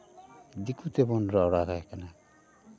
ᱫᱤᱠᱩ ᱛᱮᱵᱚᱱ ᱨᱚᱲ ᱦᱟᱨᱟᱭᱮ ᱠᱟᱱᱟ